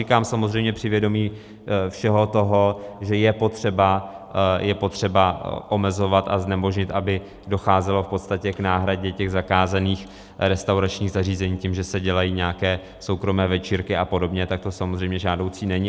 A to říkám samozřejmě při vědomí všeho toho, že je potřeba omezovat a znemožnit, aby docházelo v podstatě k náhradě těch zakázaných restauračních zařízení tím, že se dělají nějaké soukromé večírky a podobně, tak to samozřejmě žádoucí není.